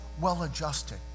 well-adjusted